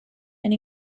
and